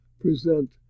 present